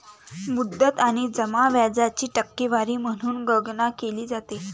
मुद्दल आणि जमा व्याजाची टक्केवारी म्हणून गणना केली जाते